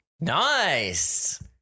Nice